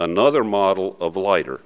another model of a lighter